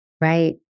right